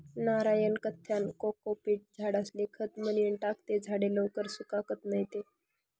नारयना काथ्यानं कोकोपीट झाडेस्ले खत म्हनीन टाकं ते झाडे लवकर सुकातत नैत